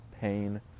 pain